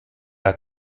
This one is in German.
hat